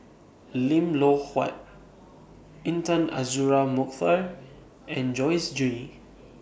Lim Loh Huat Intan Azura Mokhtar and Joyce Jue